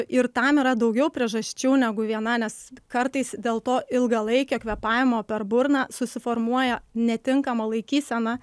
ir tam yra daugiau priežasčių negu viena nes kartais dėl to ilgalaikio kvėpavimo per burną susiformuoja netinkama laikysena